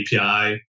API